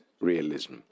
realism